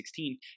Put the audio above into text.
2016